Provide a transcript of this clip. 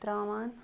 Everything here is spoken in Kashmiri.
ترٛاوان